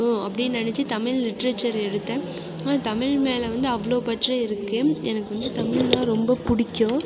ம் அப்படின்னு நினச்சி தமிழ் லிட்ரேச்சர் எடுத்தேன் தமிழ் மேலே வந்து அவ்வளோ பற்று இருக்கு எனக்கு வந்து தமிழ்ன்னா ரொம்ப பிடிக்கும்